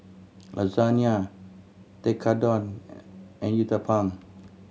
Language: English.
Lasagna Tekkadon and Uthapam